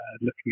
looking